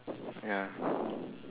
ya